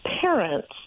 parents